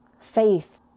Faith